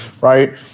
right